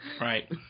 Right